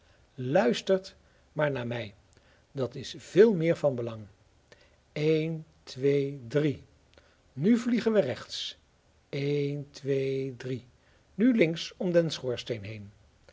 luistert maar naar mij dat is veel meer van belang een twee drie nu vliegen we rechts een twee drie nu links om den schoorsteen